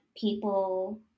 people